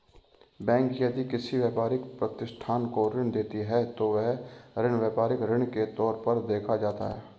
bank यदि किसी व्यापारिक प्रतिष्ठान को ऋण देती है तो वह ऋण व्यापारिक ऋण के तौर पर देखा जाता है